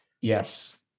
Yes